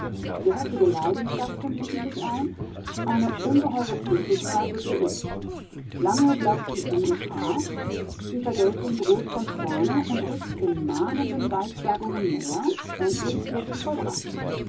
gehässige leidenschaften mischen sich ein eine ungeheure freveltat wird verübt lange bleibt sie ungestraft die vergeltung droht von ferne und rückt in mahnenden weissagungen näher endlich wird sie vollbracht